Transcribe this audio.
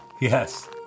yes